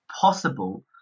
Possible